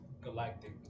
galactic